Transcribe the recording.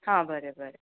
हां बरें बरें